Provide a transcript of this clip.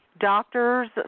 doctors